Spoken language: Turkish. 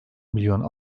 milyon